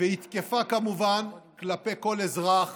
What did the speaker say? והיא תקפה כמובן כלפי כל אזרח